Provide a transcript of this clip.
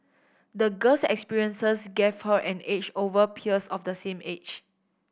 the girl's experiences gave her an edge over her peers of the same age